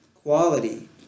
Quality